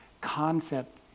concept